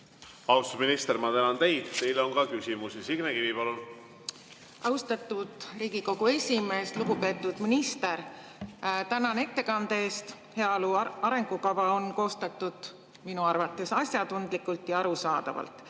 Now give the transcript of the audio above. Austatud minister, ma tänan teid. Teile on ka küsimusi. Signe Kivi, palun! Austatud Riigikogu esimees! Lugupeetud minister! Tänan ettekande eest! Heaolu arengukava on koostatud minu arvates asjatundlikult ja arusaadavalt,